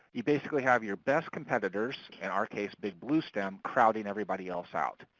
you basically have your best competitors in our case, big bluestem crowding everybody else out.